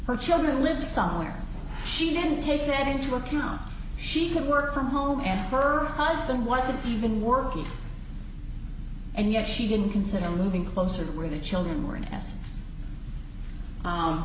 her children live somewhere she didn't take that into account she could work from home and her husband wasn't even working and yet she didn't consider moving closer to where the children were